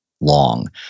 long